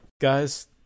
Guys